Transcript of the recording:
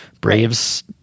Braves